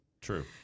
True